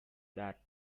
that